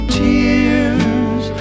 tears